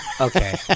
Okay